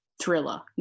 Thriller